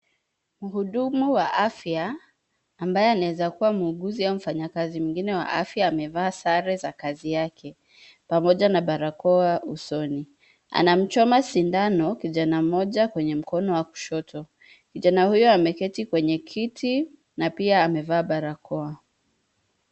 Mhudumu wa afya, ambaye anaweza kuwa muuguzi au mfanyakazi mwingine wa afya amevaa sare za kazi yake, pamoja na barakoa usoni. Anamchoma sindano, kijana mmoja kwenye mkono wa kushoto. Kijana huyo ameketi kwenye kiti, na pia amevaa barakoa.